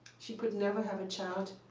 she could never have a child,